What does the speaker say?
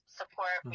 support